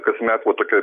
kasmet va tokia